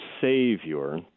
Savior